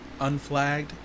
unflagged